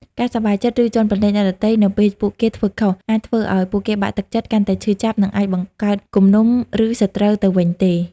ការសប្បាយចិត្ត ឬជាន់ពន្លិចអ្នកដទៃនៅពេលពួកគេធ្វើខុស អាចធ្វើឱ្យពួកគេបាក់ទឹកចិត្ត កាន់តែឈឺចាប់ និងអាចបង្កើតគំនុំ ឬសត្រូវទៅវិញទេ។